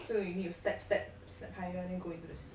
so you need to step step step higher then go into the seat